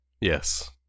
Yes